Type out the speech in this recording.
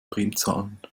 primzahlen